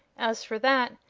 as for that,